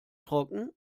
trocken